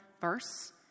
verse